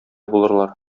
булырлар